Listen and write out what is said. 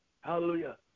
Hallelujah